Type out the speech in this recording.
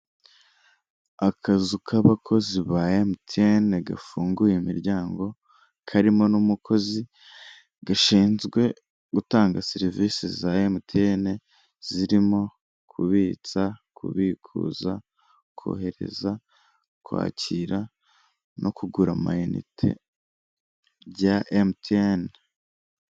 Akazu k'abakozi ba emutiyene gafunguye imiryango karimo n'umukozi, gashinzwe gutanga serivisi za emutiyene zirimo kubitsa kubikuza kohereza kwakira no kugura amayinite bya emutiyene.